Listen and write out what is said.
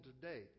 today